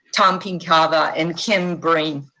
tom kinkava and kim brain.